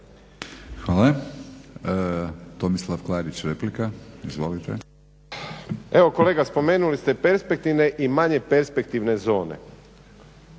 Hvala. Tomislav Klarić, replika. Izvolite. **Klarić, Tomislav (HDZ)** Evo kolega spomenuli ste perspektivne i manje perspektivne zone.